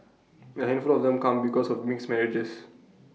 A handful of them come because of mixed marriages